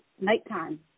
nighttime